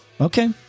okay